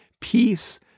peace